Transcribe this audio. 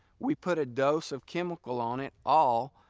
we put a dose of chemical on it all,